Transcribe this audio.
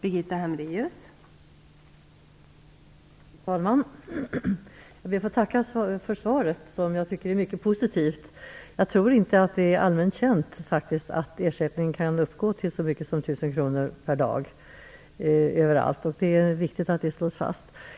Fru talman! Jag ber att få tacka för svaret, som jag tycker är mycket positivt. Jag tror faktiskt inte att det är allmänt känt att ersättningen kan uppgå till så mycket som 1 000 kr per dag. Det är viktigt att det slås fast.